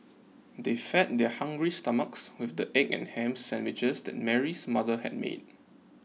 they fed their hungry stomachs with the egg and ham sandwiches that Mary's mother had made